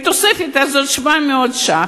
התוספת הזאת היא של 700 שקל.